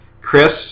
Chris